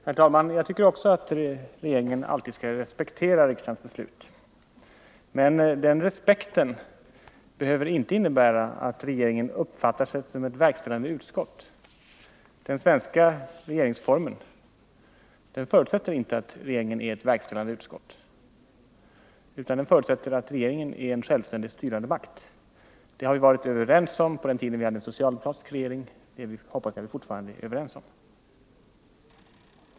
Herr talman! Jag tycker också att regeringen alltid skall respektera riksdagens beslut. Men den respekten behöver inte innebära att regeringen uppfattar sig som ett verkställande utskott. Den svenska regeringsformen förutsätter inte att regeringen är ett verkställande utskott, utan den förutsätter att regeringen är en självständigt styrande makt. Det var vi överens om på den tiden vi hade en socialdemokratisk regering, och det hoppas jag att vi fortfarande är överens om.